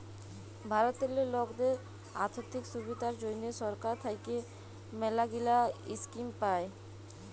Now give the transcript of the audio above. ভারতেল্লে লকদের আথ্থিক সুবিধার জ্যনহে সরকার থ্যাইকে ম্যালাগিলা ইস্কিম পায়